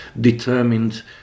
determined